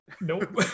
Nope